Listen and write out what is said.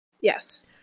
Yes